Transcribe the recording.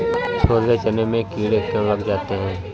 छोले चने में कीड़े क्यो लग जाते हैं?